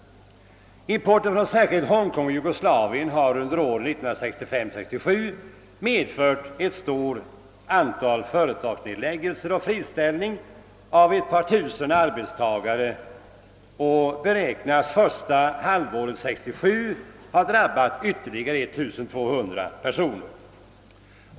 Importen särskilt från Hongkong och Jugoslavien har under åren 1965—1967 medfört ett stort antal företagsnedläggelser och friställning av ett par tusen arbetstagare. Första halvåret 1968 beräknas ytterligare 1200 pesoner ha drabbats av friställning.